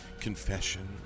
confession